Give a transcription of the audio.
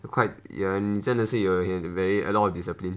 quite ya 你真的是有很 a lot of discipline